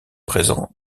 présents